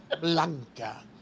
Blanca